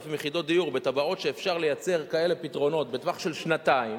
יחידות דיור בתב"עות שאפשר לייצר פתרונות בטווח של שנתיים.